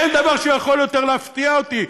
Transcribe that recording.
אין יותר דבר שיכול להפתיע אותי.